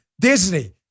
Disney